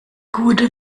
gute